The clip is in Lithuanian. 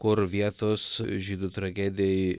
kur vietos žydų tragedijai